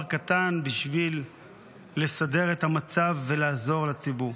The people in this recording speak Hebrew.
קטן בשביל לסדר את המצב ולעזור לציבור.